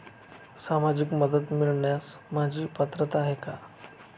सामाजिक मदत मिळवण्यास माझी पात्रता आहे का?